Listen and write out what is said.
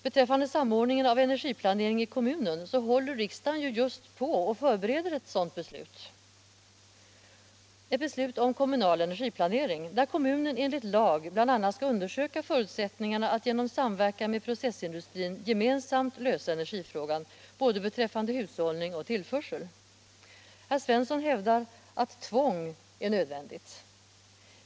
Beträffande samordningen av energiplanering i kommunen håller riksdagen just på att förbereda ett beslut om kommunal energiplanering, där kommunen enligt lag bl.a. skall undersöka förutsättningarna att genom samverkan med processindustrin gemensamt lösa energifrågan, beträffande både tillförsel och hushållning. Herr Svensson i Malmö hävdar att tvång är nödvändigt.